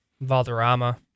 Valderrama